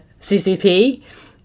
CCP